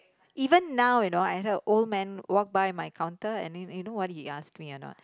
even now you know I had a old man walk by my counter you know and you you know what he ask me or not